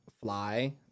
fly